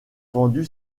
vendu